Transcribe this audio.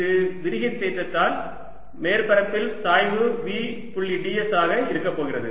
இது விரிகை தேற்றத்தால் மேற்பரப்பில் சாய்வு V புள்ளி ds ஆக இருக்கப்போகிறது